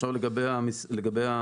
עכשיו לגבי האגרות: